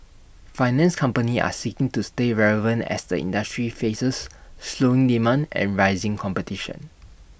finance companies are seeking to stay relevant as the industry faces slowing demand and rising competition